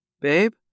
Babe